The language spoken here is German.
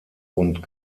und